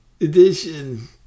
edition